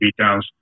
beatdowns